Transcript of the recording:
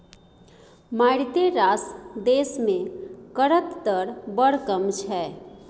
मारिते रास देश मे करक दर बड़ कम छै